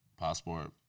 passport